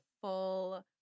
full